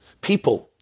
People